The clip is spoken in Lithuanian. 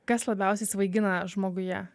kas labiausiai svaigina žmoguje